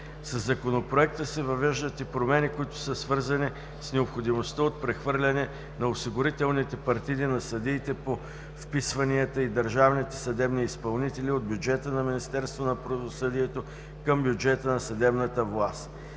Със Законопроекта се въвеждат и промени, които са свързани с необходимостта от прехвърляне на осигурителните партиди на съдиите по вписванията и държавните съдебни изпълнители от бюджета на Министерството на правосъдието към бюджета на съдебната власт.